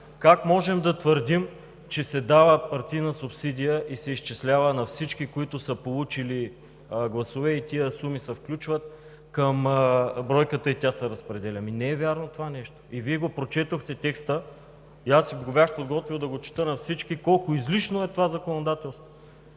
Как можем да твърдим, че се дава партийна субсидия и се изчислява на всички, които са получили гласове, и тези суми се включват към бройката и тя се разпределя?! Ами, не е вярно това нещо. Вие прочетохте текста, и аз си го бях подготвил да го чета на всички, колко излишно е това законодателство.